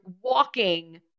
walking